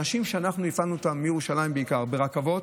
אנשים שהובלנו מירושלים בעיקר ברכבות,